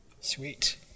Sweet